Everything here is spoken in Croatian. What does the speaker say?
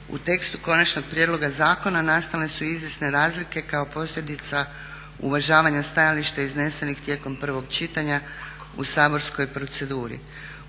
u tekstu konačnog prijedloga zakona nastale su izvjesne razlike kao posljedica uvažavanja stajališta iznesenih tijekom prvog čitanja u saborskoj proceduri.